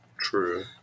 True